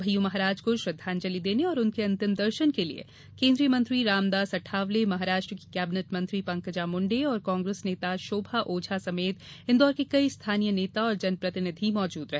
भय्यू महाराज को श्रद्धांजलि देने और उनके अंतिम दर्शन के लिए केंद्रीय मंत्री रामदास अठावले महाराष्ट्र की कैबिनेट मंत्री पंकजा मुंडे और कांग्रेस नेता शोभा ओझा समेत इंदौर के कई स्थानीय नेता और जनप्रतिनिधि मौजूद रहे